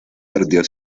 perdió